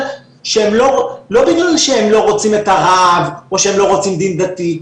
לא בגלל שהם לא רוצים את הרב או שהם לא רוצים דין דתי,